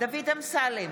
דוד אמסלם,